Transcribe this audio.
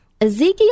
Ezekiel